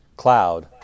Cloud